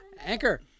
Anchor